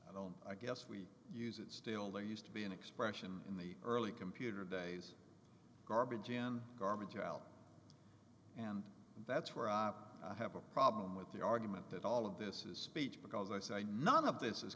own i guess we use it still there used to be an expression in the early computer days garbage in garbage out and that's where i have a problem with the argument that all of this is speech because i say none of this